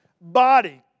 body